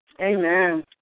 Amen